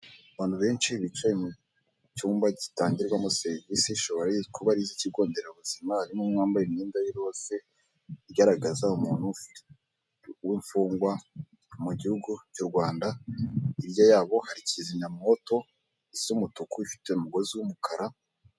Abantu benshi bicaye mu cyumba gitangirwamo serivisi ishobora kuba ari iy'ikigo nderabuzima, harimo umwe wambaye imyenda y'iroze igaragaza umuntu w'imfungwa mu gihugu cyu Rwanda, hirya yabo hari kizimyamwoto isa umutuku ifite umugozi w'umukara.